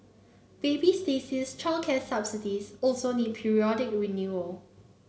baby Stacey's childcare subsidies also need periodic renewal